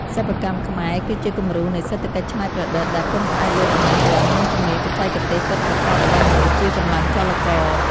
សិប្បកម្មខ្មែរគឺជាគំរូនៃសេដ្ឋកិច្ចច្នៃប្រឌិត ដែលពឹងផ្អែកលើចំណេះដឹង និងជំនាញបច្ចេកទេសពិតប្រាកដរបស់មនុស្សជាកម្លាំងចលករ។